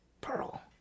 pearl